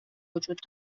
وجود